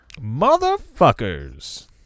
motherfuckers